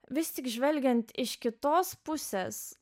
vis tik žvelgiant iš kitos pusės